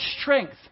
strength